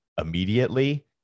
immediately